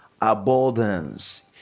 abundance